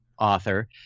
author